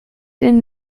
den